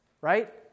right